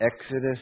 Exodus